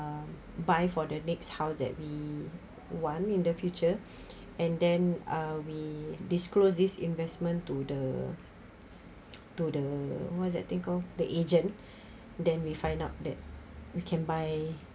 um buy for the next house that we want in the future and then uh we disclosed this investment to the to the what's that thing called the agent then we find out that we can buy